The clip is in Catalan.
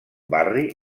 barri